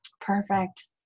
Perfect